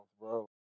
bro